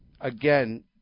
again